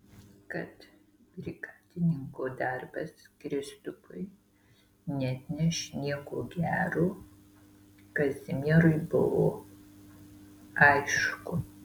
kad brigadininko darbas kristupui neatneš nieko gero kazimierui buvo aišku